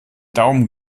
daumen